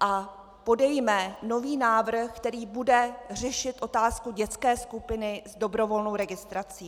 a podejme nový návrh, který bude řešit otázku dětské skupiny s dobrovolnou registrací.